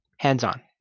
Hands-on